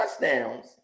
touchdowns